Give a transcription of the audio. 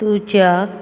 तुज्या